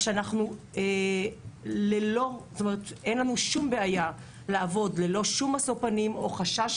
כך שאין לנו שום בעיה לעבוד ללא שום משוא פנים או חשש